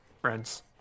friends